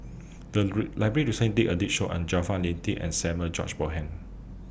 The agree Library recently did A did Show on Jaafar Latiff and Samuel George Bonham